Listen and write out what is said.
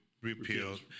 repealed